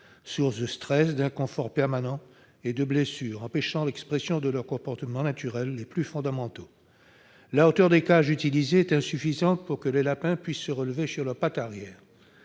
source de stress, d'inconfort permanent et de blessures, empêchant l'expression de leurs comportements naturels les plus fondamentaux. La hauteur des cages utilisées est ainsi insuffisante pour que les lapins puissent se relever sur leurs pattes arrière.